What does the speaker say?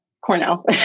Cornell